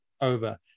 over